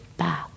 Back